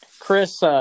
Chris –